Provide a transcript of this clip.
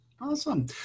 Awesome